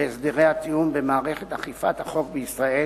בהסדרי הטיעון במערכת אכיפת החוק בישראל,